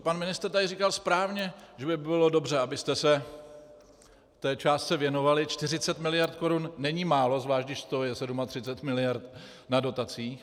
Pan ministr už tady říkal správně, že by bylo dobře, abyste se té částce věnovali, 40 miliard korun není málo, zvlášť když z toho je 37 miliard na dotacích.